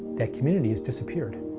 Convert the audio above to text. that community has disappeared.